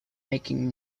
making